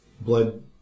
blood